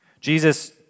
Jesus